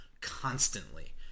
constantly